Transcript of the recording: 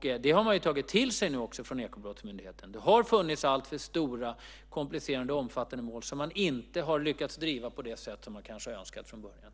Detta har man nu också tagit till sig från Ekobrottsmyndigheten. Det har funnits alltför stora, komplicerade och omfattande mål som man inte har lyckats driva på det sätt som man kanske hade önskat från början.